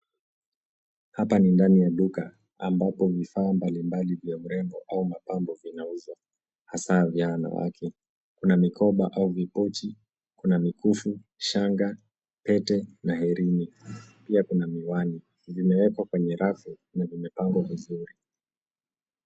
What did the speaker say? Hapa ni ndani ya duka ambapo vifaa mbalimbali vya urembo au mapambo vinauzwa hasa vya wanawake. Kuna mikoba au vipochi, kuna mikufu, shanga, pete na herini. Pia kuna miwani, vimewekwa kwenye rafu na vimepangwa vizuri.